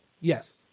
Yes